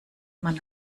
man